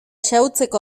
xahutzeko